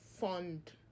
fund